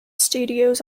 studios